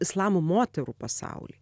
islamo moterų pasauly